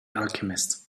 alchemist